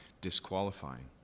disqualifying